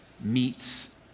meets